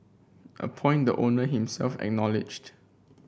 a point the owner himself acknowledged